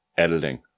editing